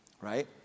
right